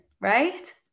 right